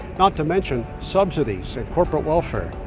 not to mention subsidies and corporate welfare.